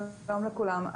שלום לכולם.